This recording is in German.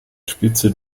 spitze